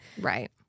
Right